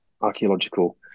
archaeological